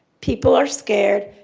people are scared.